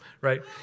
right